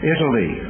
Italy